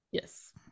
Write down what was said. yes